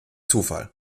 zufall